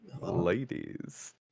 Ladies